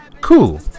Cool